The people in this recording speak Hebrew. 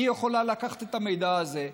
היא יכולה לקחת את המידע הזה,